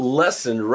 lesson